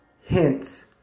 hints